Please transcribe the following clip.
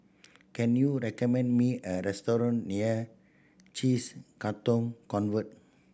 can you recommend me a restaurant near cheese Katong Convent